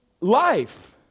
life